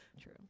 True